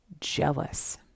jealous